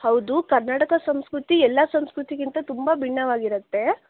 ಹೌದು ಕರ್ನಾಟಕ ಸಂಸ್ಕೃತಿ ಎಲ್ಲ ಸಂಸ್ಕೃತಿಗಿಂತ ತುಂಬ ಭಿನ್ನವಾಗಿರತ್ತೆ